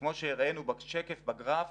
וכמו שהראינו בגרף